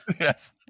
Yes